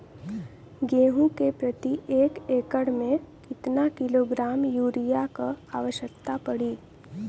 गेहूँ के प्रति एक एकड़ में कितना किलोग्राम युरिया क आवश्यकता पड़ी?